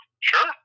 Sure